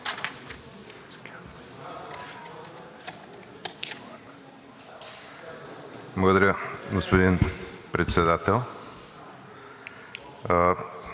Благодаря, господин Председател.